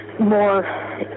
more